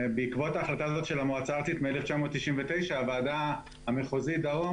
בעקבות ההחלטה הזאת של המועצה הארצית מ-1999 הוועדה המחוזית דרום